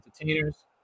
entertainers